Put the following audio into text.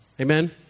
Amen